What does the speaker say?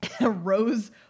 Rose